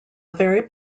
very